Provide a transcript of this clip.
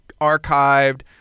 archived